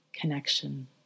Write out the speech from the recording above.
connection